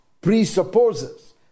presupposes